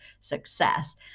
success